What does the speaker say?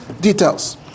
details